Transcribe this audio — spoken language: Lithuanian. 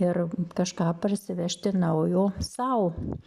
ir kažką parsivežti naujo sau